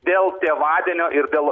dėl tėvadienio ir dėl